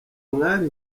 mwari